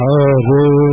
Hare